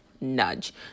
nudge